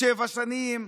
שבע שנים,